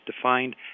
defined